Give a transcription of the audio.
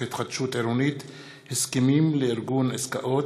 התחדשות עירונית (הסכמים לארגון עסקאות),